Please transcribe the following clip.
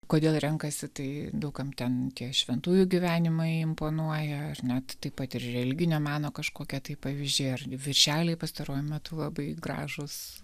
kodėl renkasi tai daug kam ten tie šventųjų gyvenimai imponuoja ar net taip pat ir religinio meno kažkokia tai pavyzdžiai ar viršeliai pastaruoju metu labai gražūs